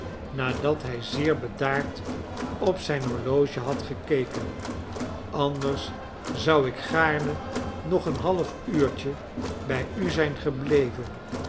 nadat hij zeer bedaard op zijn horloge had gekeken anders zou ik gaarne nog een half uurtje bij u zijn gebleven